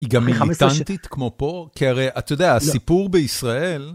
היא גם מיליטנטית כמו פה, כי הרי, אתה יודע, הסיפור בישראל...